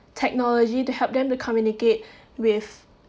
technology to help them to communicate with